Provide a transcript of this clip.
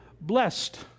blessed